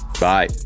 bye